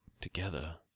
together